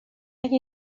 اگه